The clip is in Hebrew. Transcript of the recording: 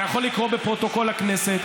אתה יכול לקרוא בפרוטוקול הכנסת.